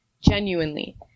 genuinely